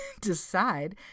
decide